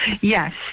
Yes